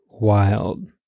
Wild